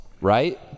right